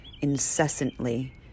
incessantly